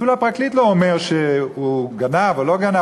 אפילו הפרקליט לא אומר שהוא גנב או לא גנב,